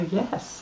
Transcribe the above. yes